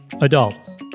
Adults